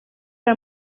ayo